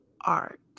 art